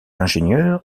ingénieur